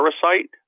Parasite